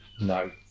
no